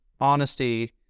honesty